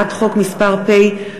הצעת חוק פ/831/19,